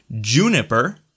Juniper